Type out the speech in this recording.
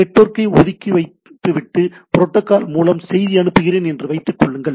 நெட்வொர்க்கை ஒதுக்கி வைத்துவிட்டு புரோட்டோகால் மூலம் செய்தி அனுப்புகிறேன் என்று வைத்துக் கொள்ளுங்கள்